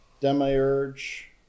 Demiurge